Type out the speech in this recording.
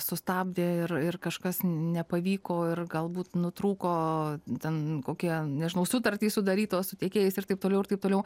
sustabdė ir ir kažkas nepavyko ir galbūt nutrūko ten kokie nežinau sutartys sudarytos su tiekėjais ir taip toliau ir taip toliau